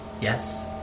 Yes